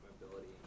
mobility